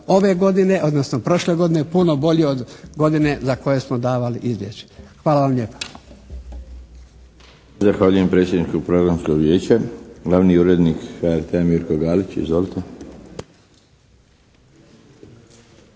ove godine odnosno prošle godine puno bolji od godine za koje smo davali izvješća. Hvala vam lijepa. **Milinović, Darko (HDZ)** Zahvaljujem predsjedniku Programskog vijeća. Glavni urednik HRT-a Mirko Galić. Izvolite.